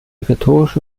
rhetorische